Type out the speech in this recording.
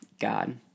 God